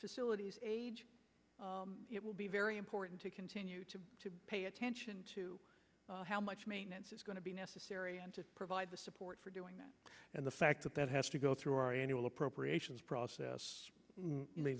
facilities it will be very important to continue to pay attention to how much maintenance is going to be necessary to provide the support for doing that and the fact that that has to go through our annual appropriations process